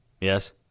Yes